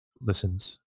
listens